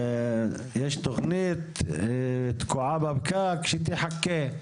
יש תכנית תקועה בפקק, שתחכה.